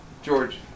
George